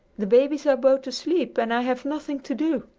the babies are both asleep and i have nothing to do.